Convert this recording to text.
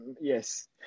Yes